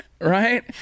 right